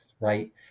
right